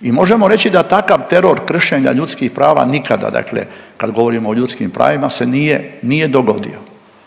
i možemo reći da takav teror kršenja ljudskih prava nikada dakle kad govorimo o ljudskim pravima se nije dogodio.